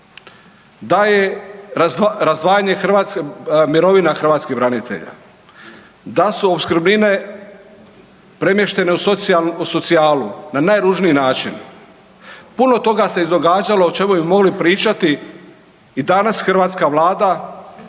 da je razdvajanje mirovina hrvatskih branitelja, da su opskrbnine premještene u socijalu na najružniji način. Puno toga se izdogađalo o čemu bi mogli pričati i danas hrvatska Vlada